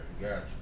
gotcha